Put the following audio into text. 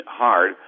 hard